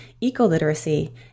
eco-literacy